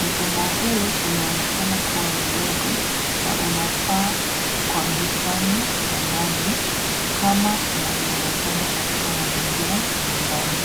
Mfumo huu unaonekana kuwa mdogo na unafaa kwa bustani ya ndani kama inavyoonekana katika mazingira ya nyumbani.